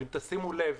אבל אם תשימו לב,